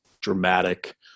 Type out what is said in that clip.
dramatic